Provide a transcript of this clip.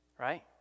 Right